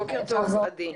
בוקר טוב עדי,